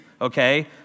okay